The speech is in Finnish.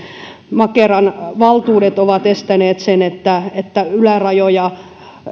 makeran valtuudet ovat estäneet sen että että ylärajoja